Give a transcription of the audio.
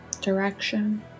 direction